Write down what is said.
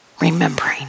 remembering